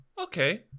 Okay